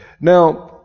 Now